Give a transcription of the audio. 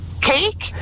Cake